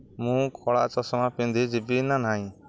ମୁଁ କଳା ଚଷମା ପିନ୍ଧି ଯିବି ନା ନାହିଁ